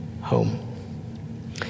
home